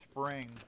spring